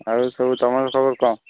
ଆଉ ସବୁ ତମର ଖବର କ'ଣ